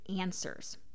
answers